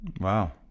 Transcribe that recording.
Wow